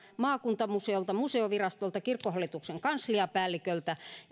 maakuntamuseolta museovirastolta kirkkohallituksen kansliapäälliköltä